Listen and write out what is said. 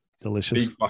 Delicious